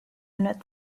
unit